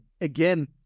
Again